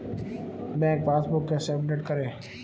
Bank passbook कैसे update करें?